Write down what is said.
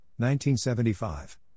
1975